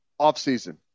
offseason